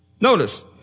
Notice